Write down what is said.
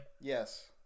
Yes